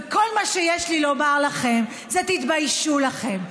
וכל מה שיש לי לומר לכם זה: תתביישו לכם.